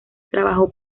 trabajó